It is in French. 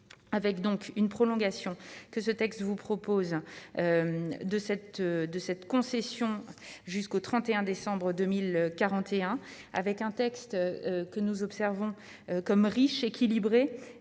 avec donc une prolongation que ce texte, vous propose de cette, de cette concession jusqu'au 31 décembre 2041 avec un texte que nous observons comme riche, équilibré